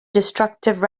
destructive